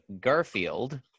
Garfield